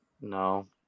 No